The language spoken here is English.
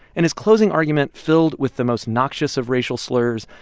in his closing argument filled with the most noxious of racial slurs,